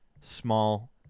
small